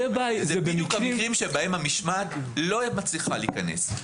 אלה בדיוק המקרים בהם המשמעת לא מצליחה להיכנס.